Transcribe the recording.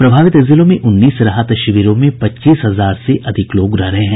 प्रभावित जिलों में उन्नीस राहत शिविरों में पच्चीस हजार से अधिक लोग रह रहे हैं